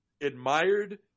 admired